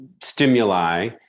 stimuli